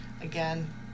Again